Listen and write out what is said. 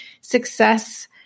success